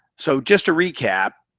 so just to recap,